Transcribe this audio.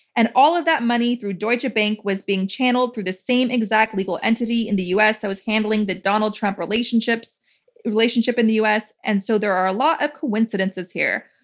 and all of that money through deutsche bank was being channeled through the same exact legal entity in the us that was handling the donald trump relationship so relationship in the us, and so there are a lot of coincidences here.